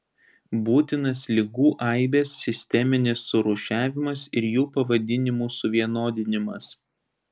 būtinas ligų aibės sisteminis surūšiavimas ir jų pavadinimų suvienodinimas